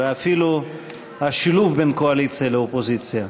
ואפילו השילוב בין קואליציה לאופוזיציה,